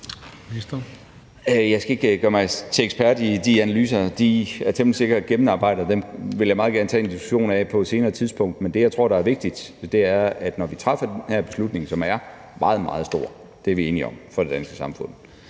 Jeg skal ikke gøre mig til ekspert i de analyser. De er temmelig sikkert gennemarbejdede, og dem vil jeg meget gerne tage en diskussion om på et senere tidspunkt. Men det, jeg tror der er vigtigt, er, at vi, når vi træffer den her beslutning, som er meget, meget stor – det er vi enige om – for det danske samfund,